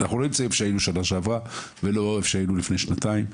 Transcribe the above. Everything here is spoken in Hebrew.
אנחנו לא נמצאים איפה שהיינו שנה שעברה ולא איפה שהיינו לפני שנתיים.